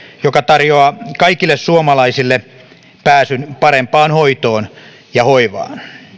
joka tarjoaa kaikille suomalaisille pääsyn parempaan hoitoon ja hoivaan